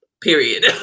Period